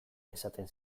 esaten